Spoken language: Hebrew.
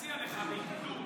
מציע לך בידידות,